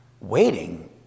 Waiting